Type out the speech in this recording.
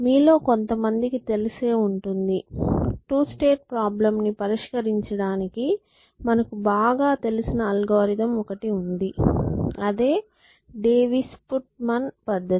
మీలో కొంతమందికి తెలిసే ఉంటుంది టు స్టేట్ ప్రాబ్లెమ్ ని పరిష్కరించడానికి మనకు బాగా తెలిసిన అల్గోరిథం ఒకటి ఉంది అదే డావిస్ పుట్మన్ పద్ధతి